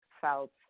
felt